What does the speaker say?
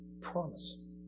Promise